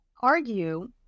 argue